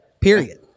period